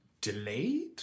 delayed